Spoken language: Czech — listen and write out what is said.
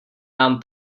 nám